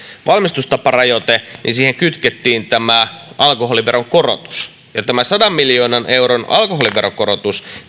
valmistustaparajoite ja siihen kytkettiin tämä alkoholiveron korotus ja missä tämä sadan miljoonan euron alkoholiveron korotus